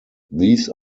these